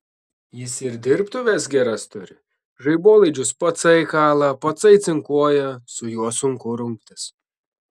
jis ir dirbtuves geras turi žaibolaidžius patsai kala patsai cinkuoja su juo sunku rungtis